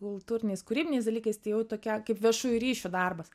kultūriniais kūrybiniais dalykais tai jau tokia kaip viešųjų ryšių darbas